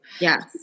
Yes